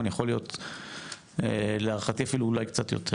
מי מקדם?